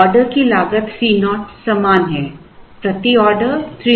order की लागत Co समान है प्रति ऑर्डर 300